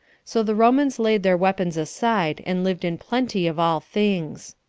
so the romans laid their weapons aside, and lived in plenty of all things.